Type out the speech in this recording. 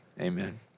Amen